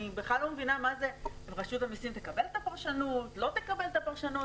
אני בכלל לא מבינה מה זה רשות המסים תקבל או לא תקבל את הפרשנות,